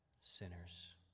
sinners